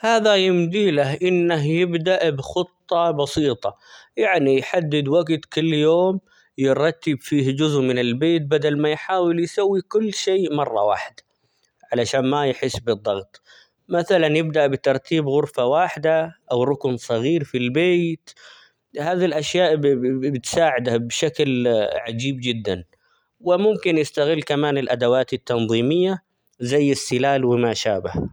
هذا يمدي له إنه يبدأ بخطة بسيطة يعني يحدد وقت كل يوم يرتب فيه جزء من البيت بدل ما يحاول يسوي كل شيء مرة واحدة ،علشان ما يحس بالضغط ، مثلا يبدأ بترتيب غرفة واحدة ،أو ركن صغير في البيت هذه الأشياء -بب-بتساعده بشكل عجيب جدا ،وممكن يستغل كمان الأدوات التنظيمية زي السلال وما شابه.